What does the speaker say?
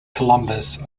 columbus